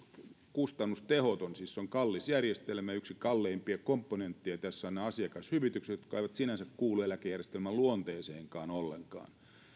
kustannustehoton siis se on kallis järjestelmä ja yksi kalleimmista komponenteista tässä ovat nämä asiakashyvitykset jotka eivät sinänsä kuulu eläkejärjestelmän luonteeseenkaan ollenkaan niihin käytettiin